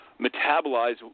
metabolize